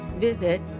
Visit